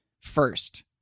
first